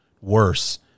worse